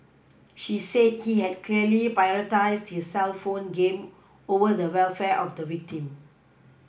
she said he had clearly prioritised his cellphone game over the welfare of the victim